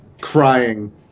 crying